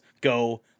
go